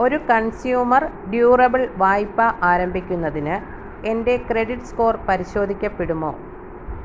ഒരു consumer durable വായ്പ്പ ആരംഭിക്കുന്നതിന് എന്റെ ക്രെഡിറ്റ് സ്കോർ പരിശോധിക്കപ്പെടുമോ